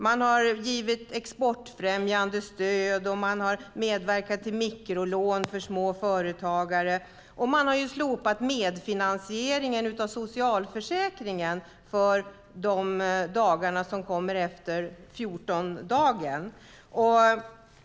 Vi har givit exportfrämjande stöd, medverkat till mikrolån för småföretagare och slopat medfinansieringen av socialförsäkringen efter den 14:e sjukdagen.